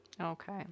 Okay